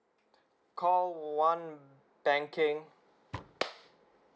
call one banking